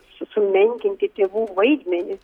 sumenkinti tėvų vaidmenį